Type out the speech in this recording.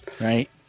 Right